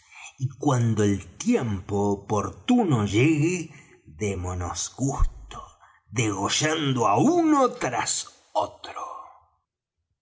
y cuando el tiempo oportuno llegue démonos gusto degollando á uno tras otro